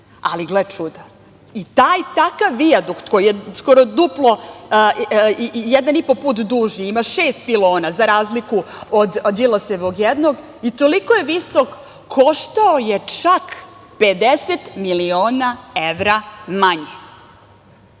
Ali, gle čuda, i taj takav vijadukt koji je skoro duplo i jedan i po put duži i ima šest pilona za razliku od Đilasovog jednog i toliko je visok koštao je čak 50 miliona evra manje. Pa,